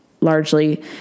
largely